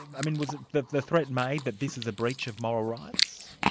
and i mean was the the threat made that this was a breach of moral rights?